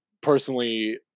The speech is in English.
personally